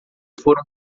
foram